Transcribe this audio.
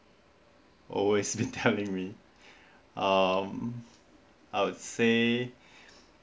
always been telling me um I would say